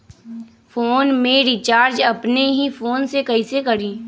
Phone में recharge अपने ही फ़ोन से कईसे करी?